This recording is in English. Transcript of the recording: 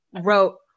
wrote